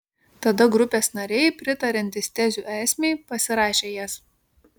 tada grupės nariai pritariantys tezių esmei pasirašė jas